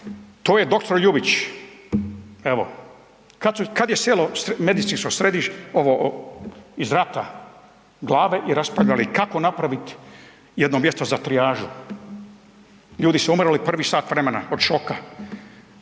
Evo, kad su, kad je sjelo medicinsko središ, ovo iz rata glave i raspravljali kako napravit jedno mjesto za trijažu. Ljudi su umrli prvih sat vremena od šoka,